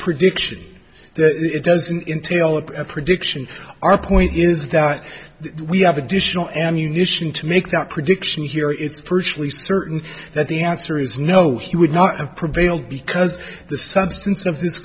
prediction that doesn't entail a prediction our point is that we have additional ammunition to make that prediction here it's virtually certain that the answer is no he would not have prevailed because the substance of this